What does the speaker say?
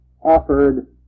offered